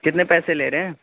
کتنے پیسے لے رہے ہیں